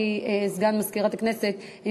תשעה חברי כנסת בעד הצעת החוק,